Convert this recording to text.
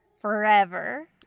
Forever